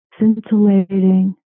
scintillating